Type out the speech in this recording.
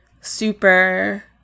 super